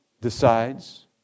decides